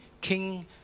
King